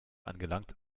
angelangt